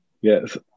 yes